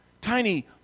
tiny